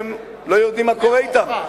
שלא יודעים מה קורה אתם.